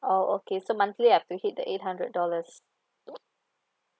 oh okay so monthly I've hit the eight hundred dollars